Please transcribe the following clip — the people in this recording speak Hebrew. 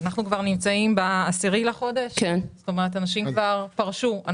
כבר ב-11 בינואר ואנשים כבר פרשו.